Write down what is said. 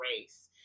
grace